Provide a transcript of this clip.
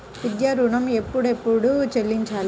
విద్యా ఋణం ఎప్పుడెప్పుడు చెల్లించాలి?